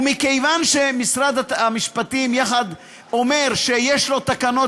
ומכיוון שמשרד המשפטים אומר שיש לו תקנות